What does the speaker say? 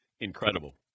incredible